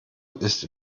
ist